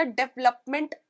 development